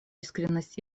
искренность